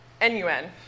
N-U-N